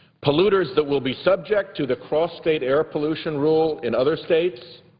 polluters that will be subject to the cross-state air pollution rule in other states